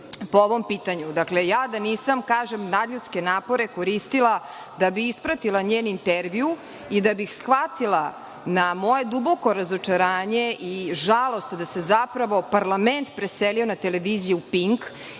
po ovom pitanju. Da nisam nadljudske napore koristila, kažem, da bi ispratila njen intervju i da bih shvatila na moje duboko razočaranje i žalost da se zapravo parlament preselio na televiziju „Pink“,